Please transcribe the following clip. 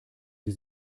sie